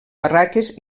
barraques